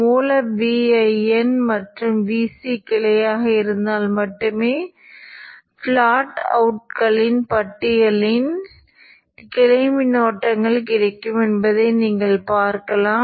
சுவிட்ச் Q ஐக் கருத்தில் கொண்டு Vq சுவிட்சில் உள்ள மின்னழுத்த அலைவடிவத்தைப் பார்க்கலாம்